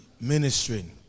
ministering